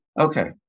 Okay